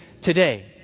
today